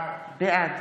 בעד